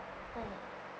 mm